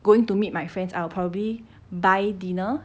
going to meet my friends I'll probably buy dinner